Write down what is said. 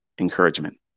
encouragement